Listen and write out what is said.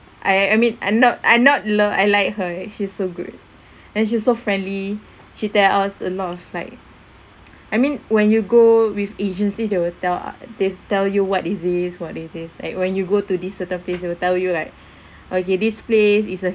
I I mean I'm not I'm lo~ I like her she's so good then she's so friendly she tell us a lot of like I mean when you go with agency they will tell what they tell you what is this what is this like when you go to this certain place they will tell you like okay this place is a